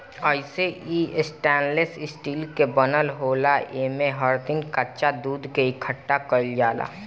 अइसे इ stainless steel के बनल होला आ एमे हर दिन कच्चा दूध के इकठ्ठा कईल जाला